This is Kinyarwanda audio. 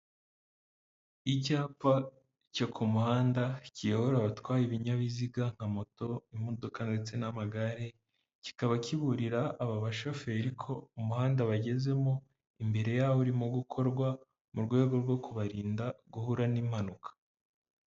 Icyapa cyo ku muhanda kiyobora abatwaye ibinyabiziga nka moto, imodoka ndetse n'amagare, kikaba kiburira aba bashoferi ko umuhanda bagezemo imbere yaho urimo gukorwa mu rwego rwo kubarinda guhura n'impanuka.